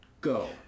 go